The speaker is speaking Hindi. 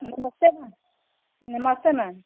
नमस्ते मैम नमस्ते मैम